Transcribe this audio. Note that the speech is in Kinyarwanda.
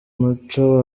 muco